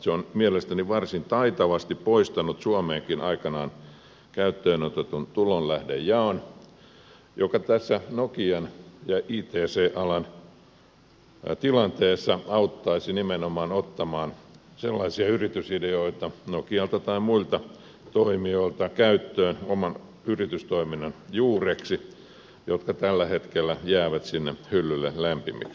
se on mielestäni varsin taitavasti poistanut suomeenkin aikanaan käyttöön otetun tulonlähdejaon joka tässä nokian ja ict alan tilanteessa auttaisi nimenomaan ottamaan nokialta tai muilta toimijoilta käyttöön oman yritystoiminnan juureksi sellaisia yritysideoita jotka tällä hetkellä jäävät sinne hyllylle lämpimiksi